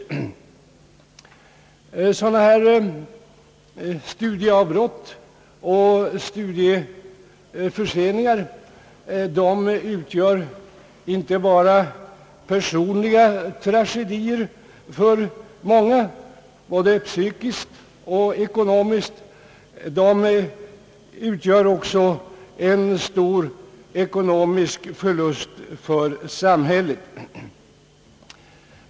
Studieavbrott och studieförseningar utgör inte bara personliga tragedier för många — både psykiskt och ekonomiskt — utan också en stor ekonomisk förlust för samhället.